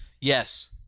yes